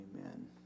Amen